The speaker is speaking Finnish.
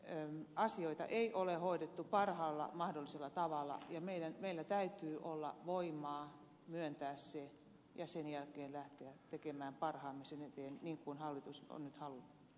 mielestäni asioita ei ole hoidettu parhaalla mahdollisella tavalla ja meillä täytyy olla voimaa myöntää se ja sen jälkeen lähteä tekemään parhaamme sen eteen niin kuin hallitus nyt haluaa